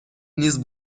نیز